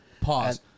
Pause